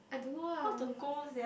I don't know lah